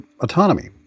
autonomy